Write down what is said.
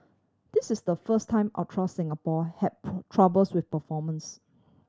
this is the first time Ultra Singapore troubles with performance